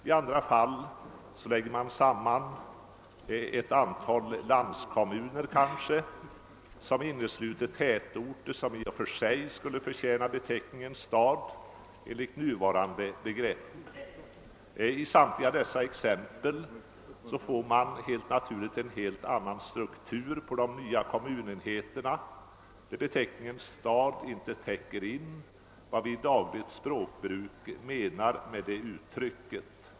I andra fall lägger man samman ett antal landskommuner, som innesluter tätorter vilka i och för sig skulle förtjäna beteckningen stad enligt nuvarande begrepp. I samtliga dessa exempel får man helt naturligt en helt annan struktur på de nya kommunenheterna, där beteckningen stad inte täcker vad vi i dagligt språkbruk menar med det ordet.